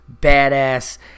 badass